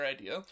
idea